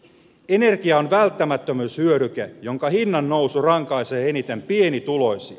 energia on välttämättömyyshyödyke jonka hinnannousu rankaisee eniten pienituloisia